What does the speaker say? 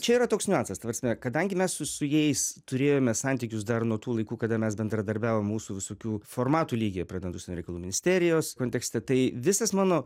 čia yra toks niuansas ta prasme kadangi mes su su jais turėjome santykius dar nuo tų laikų kada mes bendradarbiavom mūsų visokių formatų lygyje pradedant užsienio reikalų ministerijos kontekste tai visas mano